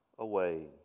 away